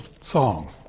song